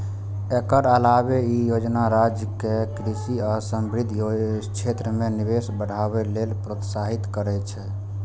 एकर अलावे ई योजना राज्य कें कृषि आ संबद्ध क्षेत्र मे निवेश बढ़ावे लेल प्रोत्साहित करै छै